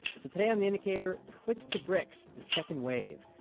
so today on the indicator, clicks to bricks the second wave.